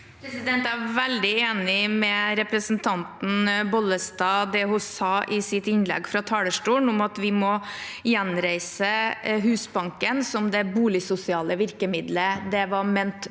Jeg er veldig enig med representanten Bollestad i det hun sa i sitt innlegg fra talerstolen om at vi må gjenreise Husbanken som det boligsosiale virkemiddelet det var ment